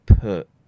put